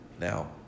Now